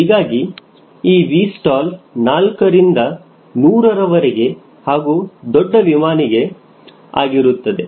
ಹೀಗಾಗಿ ಈ 𝑉stall 4 ರಿಂದ ನೂರರವರೆಗೆ ಹಾಗೂ ದೊಡ್ಡ ವಿಮಾನಗೆ ಆಗಿರುತ್ತದೆ